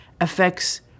affects